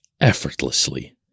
effortlessly